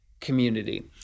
community